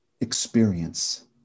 experience